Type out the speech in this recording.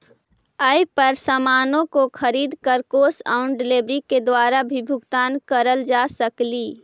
app पर सामानों को खरीद कर कैश ऑन डिलीवरी के द्वारा भी भुगतान करल जा सकलई